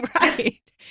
Right